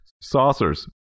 Saucers